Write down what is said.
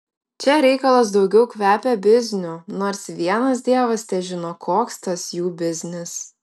čia reikalas daugiau kvepia bizniu nors vienas dievas težino koks tas jų biznis